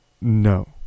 No